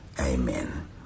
Amen